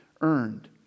earned